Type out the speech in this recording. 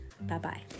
Bye-bye